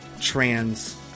trans